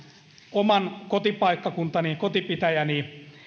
omalla kotipaikkakunnallani omassa kotipitäjässäni